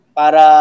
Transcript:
para